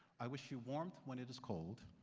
i wish you warmth when it is cold